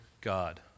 God